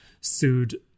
sued